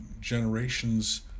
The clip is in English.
generations